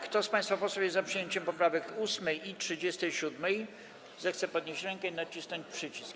Kto z państwa posłów jest za przyjęciem poprawek 8. i 37., zechce podnieść rękę i nacisnąć przycisk.